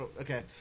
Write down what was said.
Okay